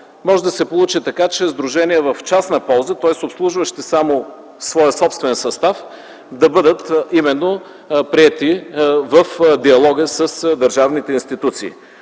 Може да се получи така, че сдружения в частна полза, тоест обслужващи само своя собствен състав, да бъдат именно приети в диалога с държавните институции,